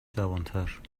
جوانتر